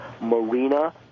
Marina